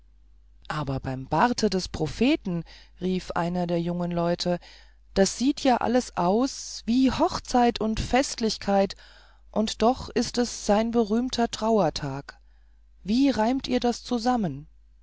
aber beim bart des propheten rief einer der jungen leute das sieht ja alles aus wie hochzeit und festlichkeiten und doch ist es sein berühmter trauertag wie reimt ihr das zusammen